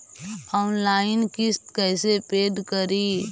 Online किस्त कैसे paid करि?